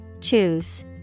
Choose